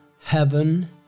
Heaven